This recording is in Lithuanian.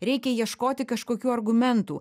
reikia ieškoti kažkokių argumentų